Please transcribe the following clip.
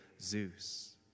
Zeus